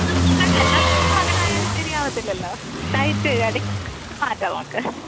എല്ലാദിവസവും അങ്ങനെ ആയാൽ ശരിയാകത്തില്ലല്ലോ ഡയറ്റ് ഇടയ്ക്ക് മാറ്റാം നമുക്ക്